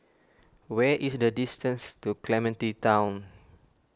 where is the distance to Clementi Town